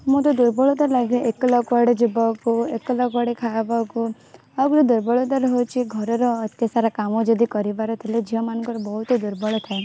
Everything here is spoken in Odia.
ମୋତେ ଦୁର୍ବଳତା ଲାଗେ ଏକେଲା କୁଆଡ଼େ ଯିବାକୁ ଏକେଲା କୁଆଡ଼େ ଖାଇବାକୁ ଆଉ ଦୁର୍ବଳତାଟେ ହେଉଛି ଘରର ଏତେ ସାରା କାମ ଯଦି କରିବାର ଥିଲେ ଝିଅ ମାନଙ୍କର ବହୁତ ଦୁର୍ବଳ ଥାଏ